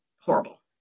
horrible